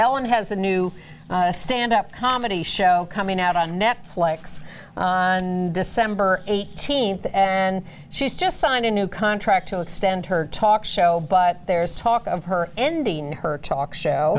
ellen has a new stand up comedy show coming out on netflix december eighteenth and she's just signed a new contract to extend her talk show but there's talk of her ending her talk show